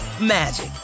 magic